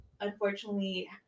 unfortunately